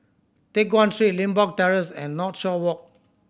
Teck Guan Street Limbok Terrace and Northshore Walk